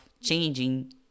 changing